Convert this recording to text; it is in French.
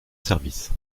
service